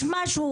יש משהו,